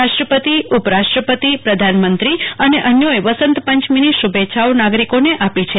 રાષ્ટ્રપતિ ઉપરાષ્ટપતિ પ્રધાનમંત્રી અને અન્યોએ વસંતપચમીની શૂભેચ્છાઓ નાગરિકોને આપી છે